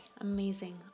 Amazing